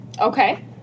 Okay